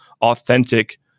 authentic